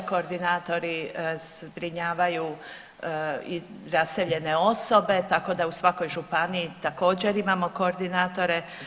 Koordinatori zbrinjavanju i raseljene osobe tako da u svakoj županiji također imamo koordinatore.